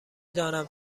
دانم